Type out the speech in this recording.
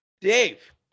Dave